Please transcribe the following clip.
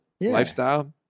lifestyle